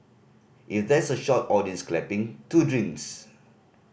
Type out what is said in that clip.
if there's a shot of audience clapping two drinks